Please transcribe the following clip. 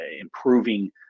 improving